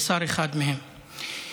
אחד מהם הוא שר.